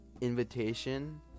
invitation